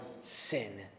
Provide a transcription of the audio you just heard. sin